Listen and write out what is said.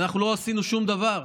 ואנחנו לא עשינו שום דבר,